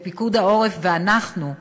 פיקוד העורף ואנחנו,